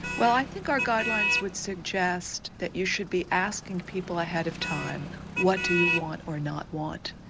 well i think our guidelines would suggest that you should be asking people ahead of time what do you want or not want.